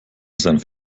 senf